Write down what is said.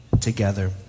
Together